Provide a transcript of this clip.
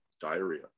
diarrhea